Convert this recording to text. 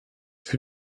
für